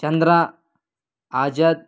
Chandra Azad